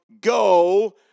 go